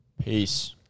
peace